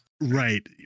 Right